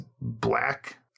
black